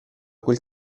quel